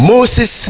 Moses